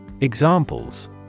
Examples